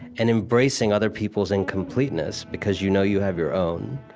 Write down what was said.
and embracing other people's incompleteness, because you know you have your own.